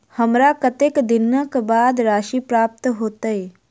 हमरा कत्तेक दिनक बाद राशि प्राप्त होइत?